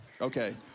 Okay